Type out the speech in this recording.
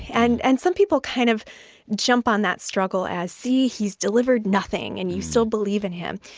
and and some people kind of jump on that struggle as see? he's delivered nothing, and you still believe in him.